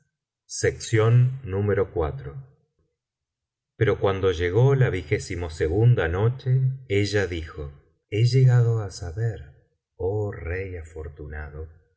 pero cuando llego la noche ella dijo he llegado á saber oh rey afortunado